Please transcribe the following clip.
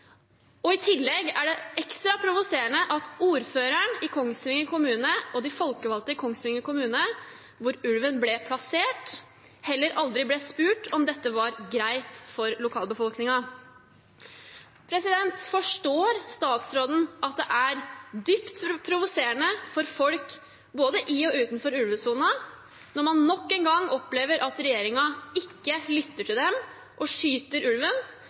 I tillegg er det ekstra provoserende at ordføreren og de folkevalgte i Kongsvinger kommune, hvor ulven ble plassert, heller aldri ble spurt om dette var greit for lokalbefolkningen. Forstår statsråden at det er dypt provoserende for folk både i og utenfor ulvesonen når man nok en gang opplever at regjeringen ikke lytter til dem og skyter ulven,